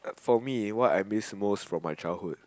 for me what I miss most from my childhood